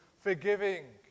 forgiving